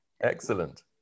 Excellent